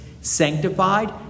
sanctified